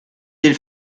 del